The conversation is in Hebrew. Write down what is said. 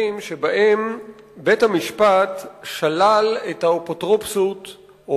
שבהם בית-המשפט שלל את האפוטרופסות או